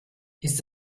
ist